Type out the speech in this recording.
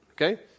okay